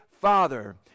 Father